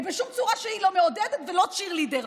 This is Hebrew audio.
בשום צורה לא מעודדת ולא cheerleader.